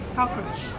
Cockroach